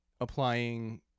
applying